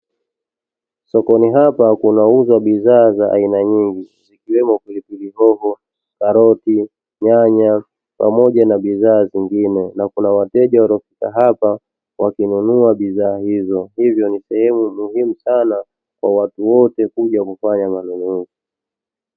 Sokoni hapa kunauzwa bidhaa za aina nyingi zikiwemo pilipili hoho, karoti, nyanya pamoja na bidhaa zingine na kuna wateja waliofika hapa wakinunua bidhaa hizo hivyo ni sehemu muhimu sana kwa watu wote kuja kufanya manunuzi.